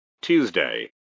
Tuesday